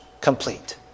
complete